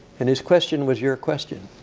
and his question was your question.